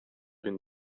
been